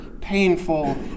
painful